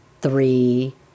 three